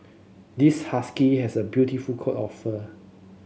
this husky has a beautiful coat of fur